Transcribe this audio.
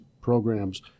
programs